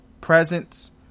presence